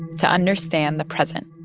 to understand the present